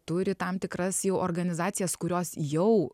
turi tam tikras jų organizacijas kurios jau